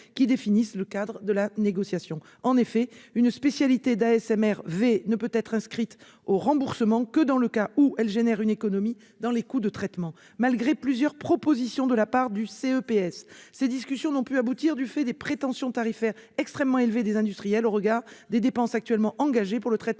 qui définissent le cadre de la négociation. En effet, une spécialité ASMR de niveau V ne peut être inscrite au remboursement que dans le cas où elle entraîne une économie dans les coûts de traitement. Malgré plusieurs propositions de la part du CEPS, les discussions n'ont pu aboutir du fait des prétentions tarifaires extrêmement élevées des industriels, au regard des dépenses actuellement engagées pour le traitement